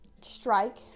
strike